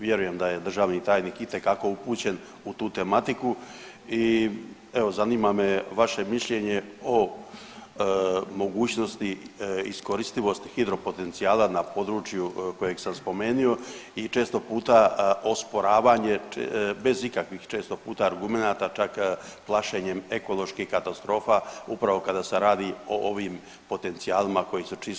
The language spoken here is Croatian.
Vjerujem da je državni tajnik itekako upućen u tu tematiku i evo, zanima me vaše mišljenje o mogućnosti iskoristivosti hidropotencijala na području kojeg sam spomenio i često puta osporavanje bez ikakvih, često puta, argumenata, čak plašenjem ekoloških katastrofa upravo kada se radi o ovim potencijalima koji su čisto vodni.